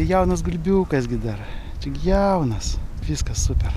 jaunas gulbiukas gi dar jaunas viskas super